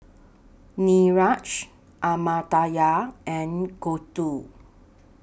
Niraj Amartya and Gouthu